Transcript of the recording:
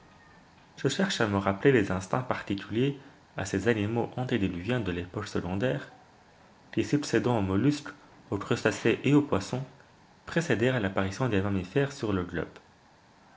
je cherche à me rappeler les instincts particuliers à ces animaux antédiluviens de l'époque secondaire qui succédant aux mollusques aux crustacés et aux poissons précédèrent l'apparition des mammifères sur le globe